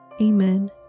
Amen